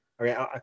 okay